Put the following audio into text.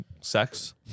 sex